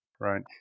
right